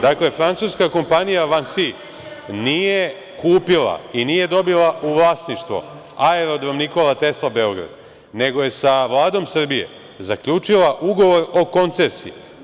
Dakle, francuska kompanija „Vansi“ nije kupila i nije dobila u vlasništvo Aerodrom „Nikola Tesla“ Beograd, nego je sa Vladom Srbije zaključila Ugovor o koncesiji.